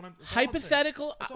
Hypothetical